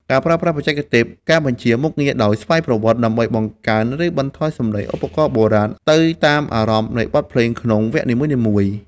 ការប្រើប្រាស់បច្ចេកទេស ការបញ្ជាមុខងារដោយស្វ័យប្រវត្តិ ដើម្បីបង្កើន ឬបន្ថយសំឡេងឧបករណ៍បុរាណទៅតាមអារម្មណ៍នៃបទភ្លេងក្នុងវគ្គនីមួយៗ។